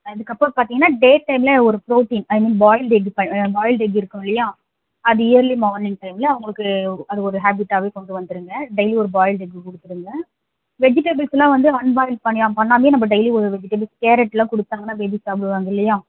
ஆ இதுக்கப்புறம் பார்த்தீங்கன்னா டே டைமில் ஒரு புரோட்டீன் ஐ மீன் பாயில்டு எக்கு ப பாயில்டு எக்கு இருக்கும் இல்லையா அது இயர்லி மார்னிங் டைமில் அவங்களுக்கு அது ஒரு ஹேபிட்டாகவே கொண்டு வந்துடுங்க டெய்லி ஒரு பாயில்டு எக்கு கொடுத்துடுங்க வெஜிடபிள்ஸ்ஸெலாம் வந்து அன்பாயில் பண்ணி பண்ணாமேயே நம்ம டெய்லி ஒரு வெஜிடபிள் கேரட்டெலாம் கொடுத்தாங்கன்னா பேபி சாப்பிடுவாங்க இல்லையா